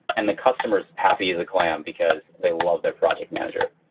and the customer is happy as a clam, because they love their project manager,